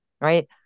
Right